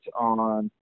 on